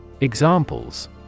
Examples